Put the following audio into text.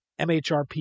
MHRP